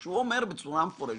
כשהוא אומר בצורה מפורשת,